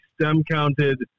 stem-counted